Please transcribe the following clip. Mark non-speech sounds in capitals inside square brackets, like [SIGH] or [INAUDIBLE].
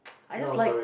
[NOISE] I just like